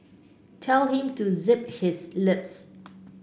tell him to zip his lips